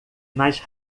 mais